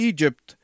Egypt